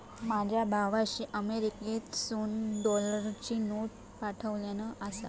माझ्या भावाशीन अमेरिकेतसून डॉलरची नोट पाठवल्यान आसा